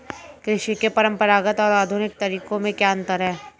कृषि के परंपरागत और आधुनिक तरीकों में क्या अंतर है?